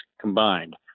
combined